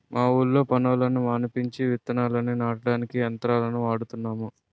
మా ఊళ్ళో పనోళ్ళని మానిపించి విత్తనాల్ని నాటడానికి యంత్రాలను వాడుతున్నాము